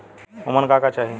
उमन का का चाही?